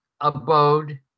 abode